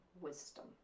wisdom